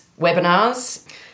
webinars